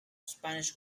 spanish